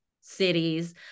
cities